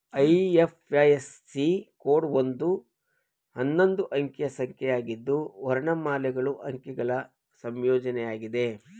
IFSC code ಒಂದು ಹನ್ನೊಂದು ಅಂಕಿಯ ಸಂಖ್ಯೆಯಾಗಿದ್ದು ವರ್ಣಮಾಲೆಗಳು ಅಂಕಿಗಳ ಸಂಯೋಜ್ನಯಾಗಿದೆ